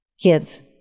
kids